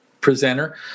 presenter